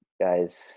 guys